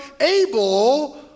able